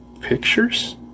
pictures